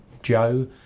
joe